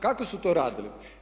Kako su to radili?